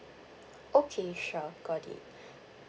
okay sure got it